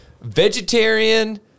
vegetarian